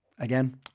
Again